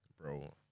Bro